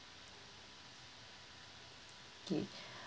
okay